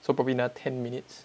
so probably another ten minutes